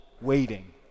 waiting